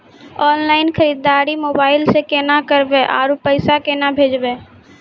Online खरीददारी mobile से केना करबै, आरु पैसा केना भेजबै?